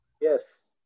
Yes